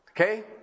Okay